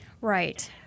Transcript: Right